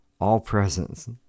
all-presence